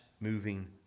moving